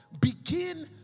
Begin